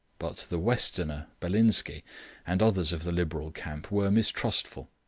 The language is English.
but the westerner belinsky and others of the liberal camp were mistrustful.